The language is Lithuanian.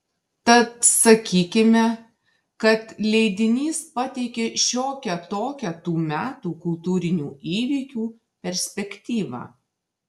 tad sakykime kad leidinys pateikė šiokią tokią tų metų kultūrinių įvykių perspektyvą